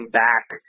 back